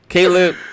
Caleb